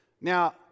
Now